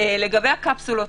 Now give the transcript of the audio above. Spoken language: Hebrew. לגבי הקפסולות,